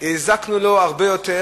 הזקנו לו הרבה יותר,